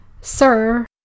Sir